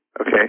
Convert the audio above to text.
Okay